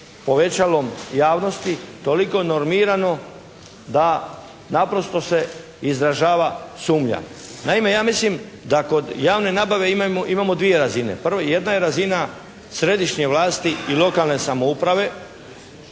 povećalom javnosti, toliko normirano da naprosto se izražava sumnja. Naime ja mislim da kod javne nabave imamo dvije razine. Prvo, jedna je razina središnje vlasti i lokalne samouprave,